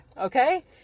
okay